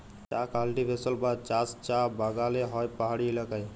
চাঁ কাল্টিভেশল বা চাষ চাঁ বাগালে হ্যয় পাহাড়ি ইলাকায়